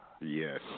Yes